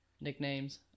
Nicknames